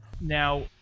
now